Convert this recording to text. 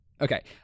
Okay